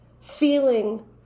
feeling